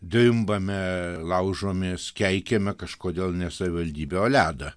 drimbame laužomės keikiame kažkodėl ne savivaldybę o ledą